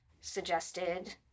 suggested